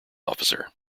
officer